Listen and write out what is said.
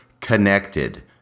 connected